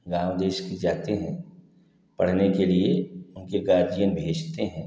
गाँव देश के जाते हैं पढ़ने के लिए उनके गार्जियन भेजते हैं